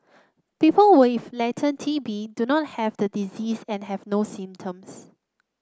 people with latent T B do not have the disease and have no symptoms